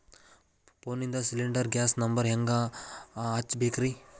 ಫೋನಿಂದ cylinder gas number ಹೆಂಗ್ ಹಚ್ಚ ಬೇಕ್ರಿ?